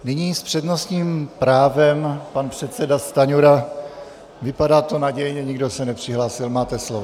Nyní s přednostním právem pan předseda Stanjura vypadá to nadějně, nikdo se nepřihlásil, máte slovo.